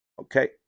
Okay